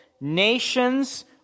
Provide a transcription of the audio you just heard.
nations